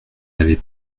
n’avez